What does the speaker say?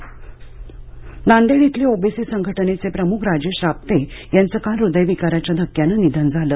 नांदेड निधन नांदेड इथले ओबीसी संघटनेचे प्रमुख राजेश रापते याचं काल ह्दयविकाराच्या धक्क्यानं निधन झालं